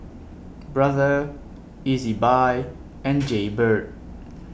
Brother Ezbuy and Jaybird